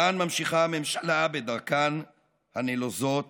כאן ממשיכה הממשלה בדרכן הנלוזה